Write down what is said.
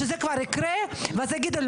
כשזה כבר יקרה ואז יגידו,